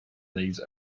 these